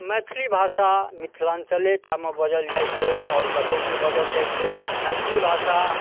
मैथिली भाषा मिथिलाञ्चलेटामे बाजल जाइ छै आओर कतहु नहि बाजल जाइ छै मैथिली भाषा